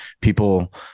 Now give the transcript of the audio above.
people